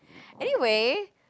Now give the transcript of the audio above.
anyway